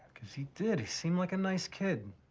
cause he did. he seemed like a nice kid.